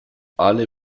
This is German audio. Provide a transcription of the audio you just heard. alle